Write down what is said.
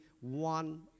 one